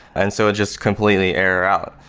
and so it just completely errored out.